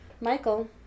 michael